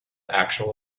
actual